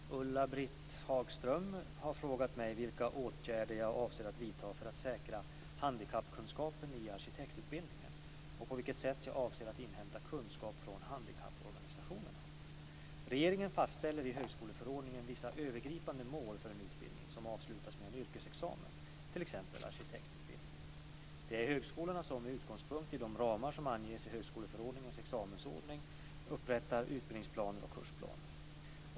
Fru talman! Ulla-Britt Hagström har frågat mig vilka åtgärder jag avser att vidta för att säkra handikappkunskapen i arkitektutbildningen och på vilket sätt jag avser att inhämta kunskap från handikapporganisationerna. Regeringen fastställer i högskoleförordningen vissa övergripande mål för en utbildning som avslutas med en yrkesexamen, t.ex. arkitektutbildningen. Det är högskolorna som med utgångspunkt i de ramar som anges i högskoleförordningens examensordning upprättar utbildningsplaner och kursplaner.